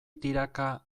tiraka